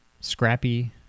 Scrappy